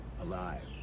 alive